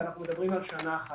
ואנחנו מדברים על שנה אחת,